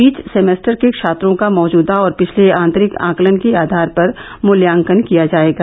बीच semester के छात्रों का मौजुदा और पिछले आंतरिक आंकलन के आधार पर मूत्यांकन किया जाएगा